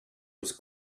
was